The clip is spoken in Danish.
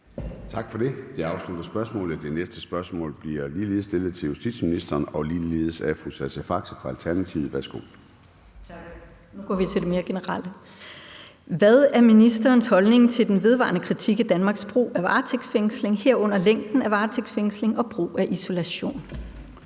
Tak for det. Det afslutter spørgsmålet. Det næste spørgsmål bliver ligeledes stillet til justitsministeren og bliver ligeledes stillet af fru Sascha Faxe fra Alternativet. Kl. 13:54 Spm. nr. S 155 7) Til justitsministeren af: Sascha Faxe (ALT): Hvad er ministerens holdning til den vedvarende kritik af Danmarks brug af varetægtsfængsling, herunder længden af varetægtsfængslingen og brug af isolation?